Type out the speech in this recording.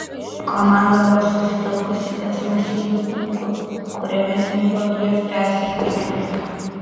komanda buvo susitelkusi ties masyviu ūku kuriame tinklo gijos persikryžiuoja